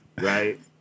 right